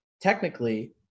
technically